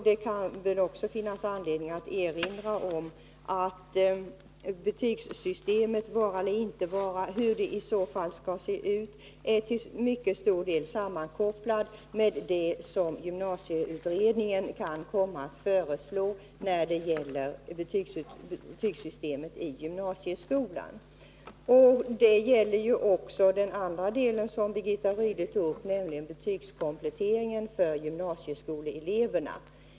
Det kan väl finnas anledning att också erinra om att diskussionen om betygssystemets vara eller inte vara och om hur det i så fall skall se ut till mycket stor del kopplas samman med det förslag som gymnasieutredningen kan komma med när det gäller betygssystemet för gymnasieskolan. Det gäller även den andra delen som Birgitta Rydle tog upp, nämligen betygskompletteringen för gymnasieskoleeleverna.